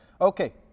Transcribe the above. Okay